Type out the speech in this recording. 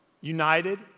united